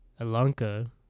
Alanka